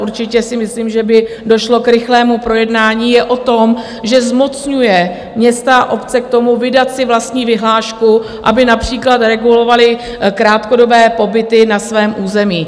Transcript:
Určitě si myslím, že by došlo k rychlému projednání je o tom, že zmocňuje města a obce k tomu, vydat si vlastní vyhlášku, aby například regulovaly krátkodobé pobyty na svém území.